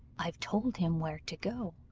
i've told him where to go.